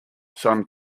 some